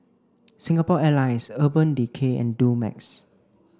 Singapore Airlines Urban Decay and Dumex